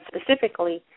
specifically